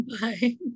Bye